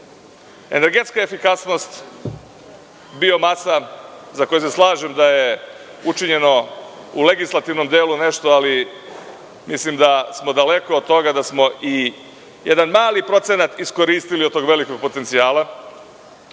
unapred. Energetska efikasnost, biomasa za koju se slažem da je učinjeno u legislativnom delu nešto, ali mislim da smo daleko od toga da smo jedan mali procenat iskoristili od tog velikog potencijala. Ovde